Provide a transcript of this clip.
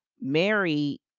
Mary